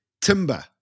timber